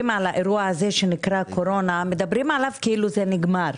על האירוע הזה שנקרא קורונה מדברים עליו כאילו הוא נגמר.